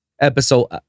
episode